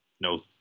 No